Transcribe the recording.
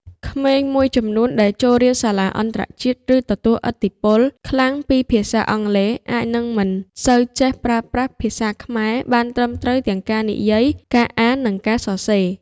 ក្មេងមួយចំនួនដែលចូលរៀនសាលាអន្តរជាតិ ឬទទួលឥទ្ធិពលខ្លាំងពីភាសាអង់គ្លេស អាចនឹងមិនសូវចេះប្រើប្រាស់ភាសាខ្មែរបានត្រឹមត្រូវទាំងការនិយាយ ការអាន និងការសរសេរ។